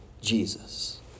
Jesus